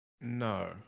No